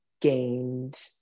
gained